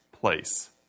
place